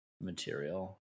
material